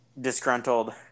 disgruntled